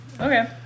Okay